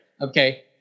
Okay